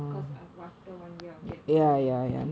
because ah after one year of gap year and all that